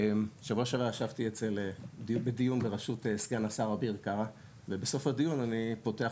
בשבוע שעבר ישבתי בדיון בראשות סגן השר אביר קארה ובסוף הדיון אני פותח